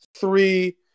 three